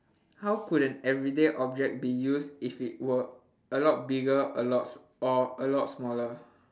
how could an everyday object be used if it were a lot bigger a lot or a lot smaller